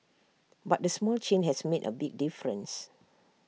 but A small change has made A big difference